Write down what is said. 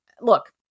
look